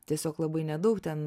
tiesiog labai nedaug ten